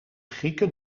grieken